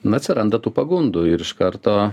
na atsiranda tų pagundų ir iš karto